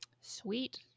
Sweet